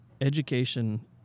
education